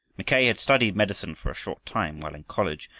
mackay had studied medicine for a short time while in college,